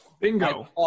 Bingo